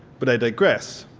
but i digress.